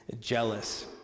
jealous